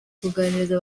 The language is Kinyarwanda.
kuganiriza